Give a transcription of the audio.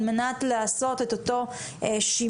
על מנת לעשות את אותו שימור,